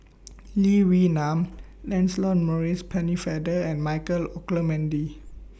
Lee Wee Nam Lancelot Maurice Pennefather and Michael Olcomendy